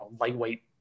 lightweight